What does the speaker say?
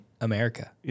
America